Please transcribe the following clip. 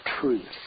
truth